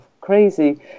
crazy